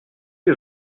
les